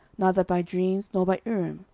neither by dreams, nor by urim,